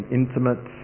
intimate